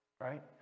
right